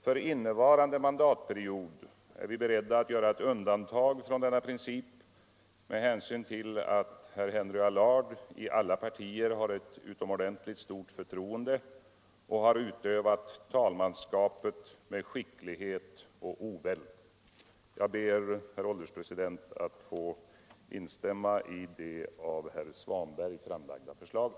För innevarande mandatperiod är vi beredda att göra ett undantag från denna princip med hänsyn ull att herr Henry Allard i alla partier har ett utomordentligt stort förtroende och har utövat talmanskapet med skicklighet och oväld. Jag ber, herr ålderspresident, att få instämma i det av herr Svanberg framlagda förslaget.